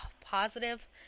positive